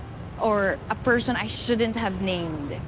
or a person i shouldn't have named